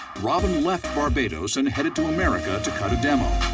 robyn left barbados and headed to america to cut a demo.